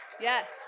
Yes